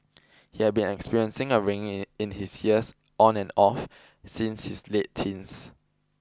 he had been experiencing a ringing in his ears on and off since his late teens